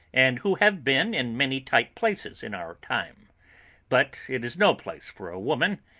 and who have been in many tight places in our time but it is no place for a woman,